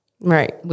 Right